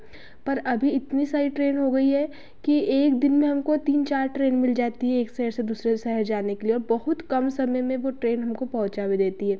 पर अभी इतनी सारी ट्रेन हो गई हैं कि एक दिन में हमको तीन चार ट्रेन मिल जाती हैं एक शहर से दूसरे शहर जाने के लिए और बहुत कम समय में वह ट्रेन हमको पहुँचा भी देती हैं